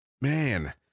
Man